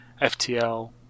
FTL